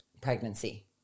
Pregnancy